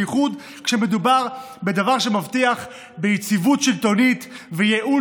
בייחוד כשמדובר בדבר שמבטיח יציבות שלטונית וייעול